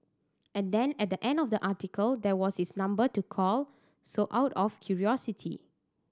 and then at the end of the article there was his number to call so out of curiosity